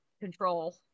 control